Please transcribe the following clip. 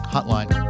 Hotline